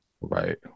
Right